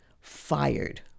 fired